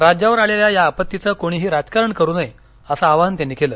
राज्यावर आलेल्या या आपत्तीचं कोणीही राजकारण करू नये असं आवाहन त्यांनी केलं